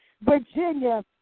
Virginia